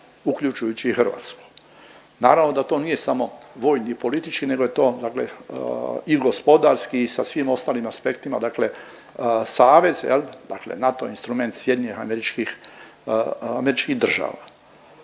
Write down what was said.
uključujući i Hrvatsku. Naravno da to nije samo vojni i politički nego je to dakle i gospodarski i sa svim ostalim aspektima, dakle savez jel dakle NATO instrument SAD-a.